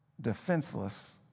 defenseless